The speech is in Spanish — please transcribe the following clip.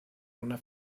una